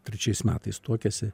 trečiais metais tuokėsi